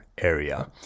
area